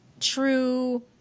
true